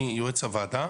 אני יועץ הוועדה.